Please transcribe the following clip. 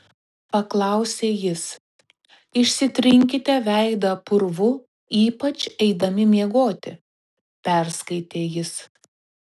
paklausė jis išsitrinkite veidą purvu ypač eidami miegoti perskaitė jis